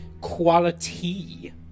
quality